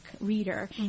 reader